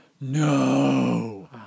No